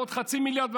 ועוד חצי מיליארד,